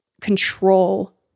control